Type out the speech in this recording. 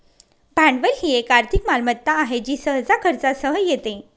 भांडवल ही एक आर्थिक मालमत्ता आहे जी सहसा खर्चासह येते